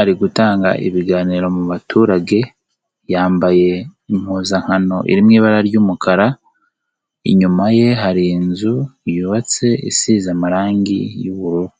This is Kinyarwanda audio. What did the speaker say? ari gutanga ibiganiro mu baturage, yambaye impuzankano iri mu ibara ry'umukara, inyuma ye hari inzu yubatse isize amarangi y'ubururu.